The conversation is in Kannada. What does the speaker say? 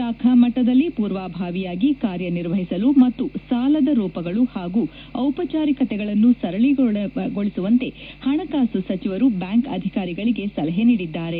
ಶಾಖಾ ಮಟ್ಟದಲ್ಲಿ ಪೂರ್ವಭಾವಿಯಾಗಿ ಕಾರ್ಯನಿರ್ವಹಿಸಲು ಮತ್ತು ಸಾಲದ ರೂಪಗಳು ಹಾಗೂ ಔಪಚಾರಿಕತೆಗಳನ್ನು ಸರಳಗೊಳಿಸುವಂತೆ ಹಣಕಾಸು ಸಚಿವರು ಬ್ಲಾಂಕ್ ಅಧಿಕಾರಿಗಳಿಗೆ ಸಲಹೆ ನೀಡಿದ್ದಾರೆ